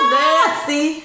nasty